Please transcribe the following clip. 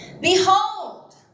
Behold